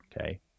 Okay